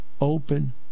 open